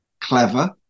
clever